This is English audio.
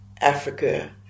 Africa